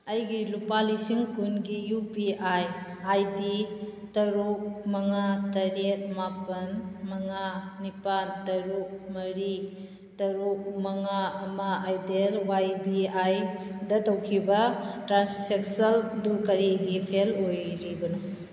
ꯑꯩꯒꯤ ꯂꯨꯄꯥ ꯂꯤꯁꯤꯡ ꯀꯨꯟꯒꯤ U P I I D ꯇꯔꯨꯛ ꯃꯉꯥ ꯇꯔꯦꯠ ꯃꯥꯄꯜ ꯃꯉꯥ ꯅꯤꯄꯥꯜ ꯇꯔꯨꯛ ꯃꯔꯤ ꯇꯔꯨꯛ ꯃꯉꯥ ꯑꯃ ꯑꯥꯏꯗꯦꯜ ꯋꯥꯏ ꯕꯤ ꯑꯥꯏꯗ ꯇꯧꯈꯤꯕ ꯇ꯭ꯔꯥꯟꯁꯦꯛꯁꯜꯗꯨ ꯀꯔꯤꯒꯤ ꯐꯦꯜ ꯑꯣꯏꯔꯤꯕꯅꯣ